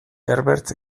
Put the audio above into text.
herbert